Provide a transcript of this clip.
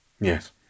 Yes